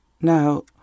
Now